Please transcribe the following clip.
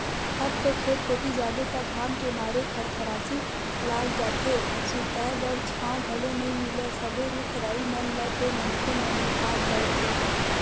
अब तो खेत कोती जाबे त घाम के मारे थरथरासी लाग जाथे, सुरताय बर छांव घलो नइ मिलय सबे रुख राई मन ल तो मनखे मन ह काट डरथे